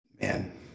Man